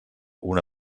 una